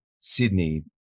sydney